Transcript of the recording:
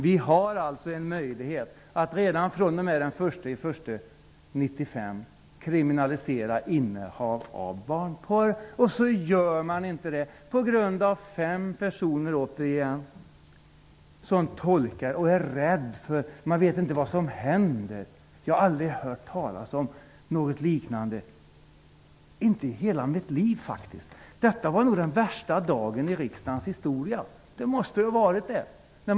Vi har alltså en möjlighet att redan från den 1 januari 1995 kriminalisera innehav av barnporr. Så gör man inte det på grund av fem personer som har gjort en tolkning. De är rädda och vet inte vad som kan hända. Jag har aldrig hört talas om något liknande, inte i hela mitt liv faktiskt. Detta är nog den värsta dagen i riksdagens historia. Det måste det vara.